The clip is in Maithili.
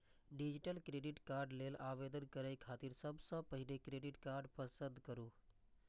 डिजिटली क्रेडिट कार्ड लेल आवेदन करै खातिर सबसं पहिने क्रेडिट कार्ड पसंद करू